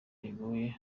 iguye